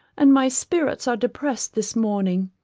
and my spirits are depressed this morning.